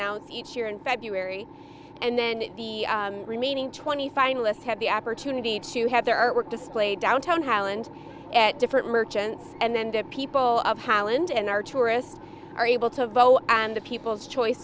year in february and then the remaining twenty finalists have the opportunity to have their artwork displayed downtown highland at different merchants and then to people of holland and our tourists are able to vote and the people's choice